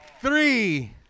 Three